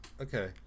Okay